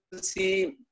see